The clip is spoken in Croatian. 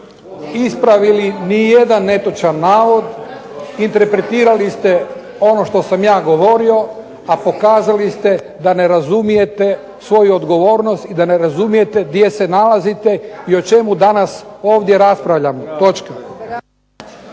ispravili nijedan netočan navod. Interpretirali ste ono što sam ja govorio a pokazali ste da ne razumijete svoju odgovornosti i da ne razumijete gdje se nalazite i o čemu danas ovdje raspravljamo.